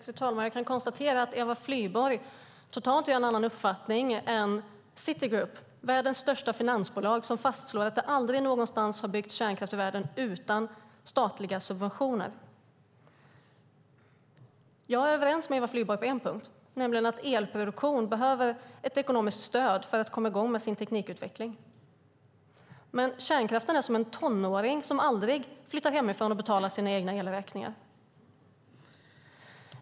Fru talman! Jag kan konstatera att Eva Flyborg har en totalt annan uppfattning än Citigroup, världens största finansbolag, som fastslår att det aldrig byggts kärnkraft någonstans i världen utan statliga subventioner. Jag är överens med Eva Flyborg på en punkt, nämligen att elproduktion behöver ett ekonomiskt stöd för att komma i gång med sin teknikutveckling. Kärnkraften är som en tonåring som aldrig flyttar hemifrån och betalar sina egna elräkningar.